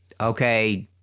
okay